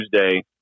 tuesday